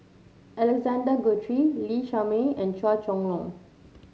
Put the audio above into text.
Alexander Guthrie Lee Shermay and Chua Chong Long